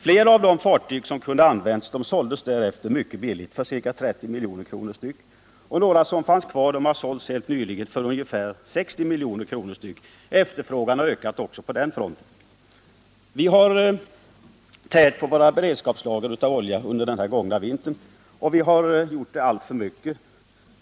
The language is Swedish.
Flera av de fartyg som kunde ha använts såldes därefter mycket billigt — ca 30 milj.kr. per styck. Några som fanns kvar har sålts helt nyligen för ungefär 60 milj.kr. per styck. Efterfrågan har ökat också på den fronten. Vi har tärt på våra beredskapslager av olja under den gångna vintern. Vi har gjort det alltför mycket.